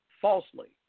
falsely